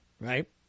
Right